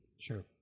sure